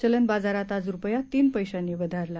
चलन बाजारात आज रुपया तीन पैशांनी वधारला